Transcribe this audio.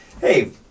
hey